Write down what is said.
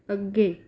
ਅੱਗੇ